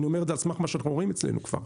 ואני אומר את זה על סמך מה שאנחנו רואים אצלנו כבר.